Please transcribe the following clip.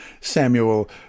Samuel